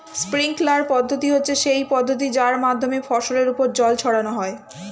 sprinkler পদ্ধতি হচ্ছে সেই পদ্ধতি যার মাধ্যমে ফসলের ওপর জল ছড়ানো হয়